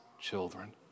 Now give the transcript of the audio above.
children